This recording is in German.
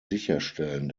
sicherstellen